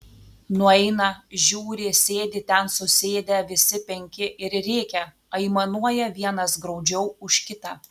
nueina žiūri sėdi ten susėdę visi penki ir rėkia aimanuoja vienas graudžiau už kitą